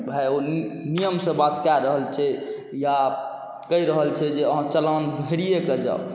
भाइ ओ नियमसँ बात कऽ रहल छै या कहि रहल छै जे अहाँ चालान भरिए कऽ जाउ